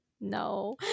No